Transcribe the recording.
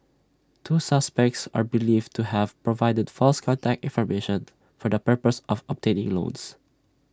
two suspects are believed to have provided false contact information for the purpose of obtaining loans